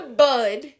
bud